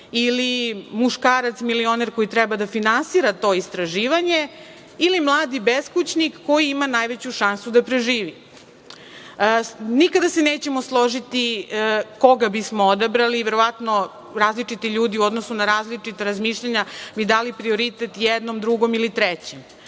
ili muškarac milioner koji treba da finansira to istraživanje, ili mladi beskućnik koji ima najveću šansu da preživi? Nikada se nećemo služiti koga bismo odabrali, verovatno različiti ljudi u odnosu na različita razmišljanja bi dali prioritet jednom, drugom ili